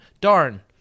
Darn